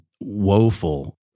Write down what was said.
woeful